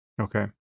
Okay